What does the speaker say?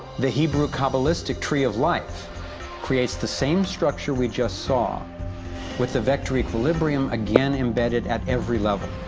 the hebrew cabalistic tree of life creates the same structure we just saw with the vector equilibrium again embedded at every level.